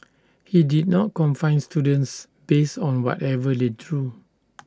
he did not confine students based on whatever they drew